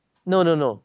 no no no